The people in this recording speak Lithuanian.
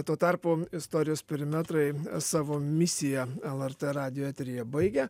tuo tarpu istorijos perimetrai savo misiją lrt radijo eteryje baigia